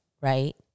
right